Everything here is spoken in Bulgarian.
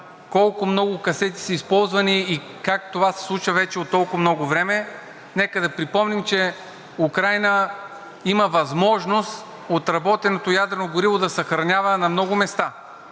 колко много касети са използвани и как това се случва вече от толкова много време, нека припомним, че Украйна има възможност отработеното ядрено гориво да съхранява на много места